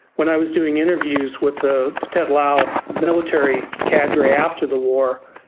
when i was doing interviews with the pathet lao military cadre after the war,